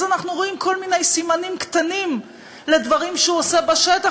אז אנחנו רואים כל מיני סימנים קטנים לדברים שהוא עושה בשטח,